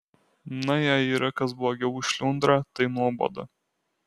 na jei yra kas blogiau už šliundrą tai nuoboda